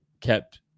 kept